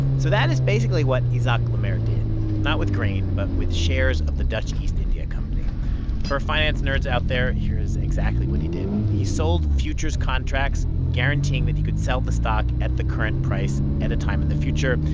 so that is basically what isaac le maire did not with grain, but with shares of the dutch east india company for finance nerds out there, here is exactly what he did. he sold futures contracts guaranteeing that he could sell the stock at the current price at a time in the future.